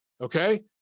okay